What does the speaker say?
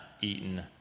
eaten